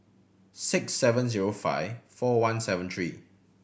six seven zero five four one seven three